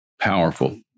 powerful